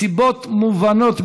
מסיבות מובנות,